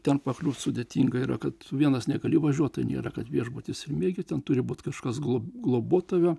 ten pakliūt sudėtinga yra kad vienas negali važiuot nėra kad viešbutis ir ten turi būti kažkas glo globot tave